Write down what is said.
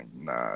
Nah